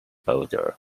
border